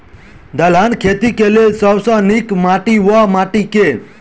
दलहन खेती केँ लेल सब सऽ नीक माटि वा माटि केँ?